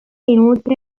inoltre